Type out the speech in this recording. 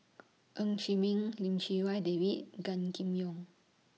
Ng Chee Meng Lim Chee Wai David Gan Kim Yong